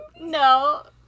No